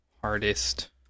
Hardest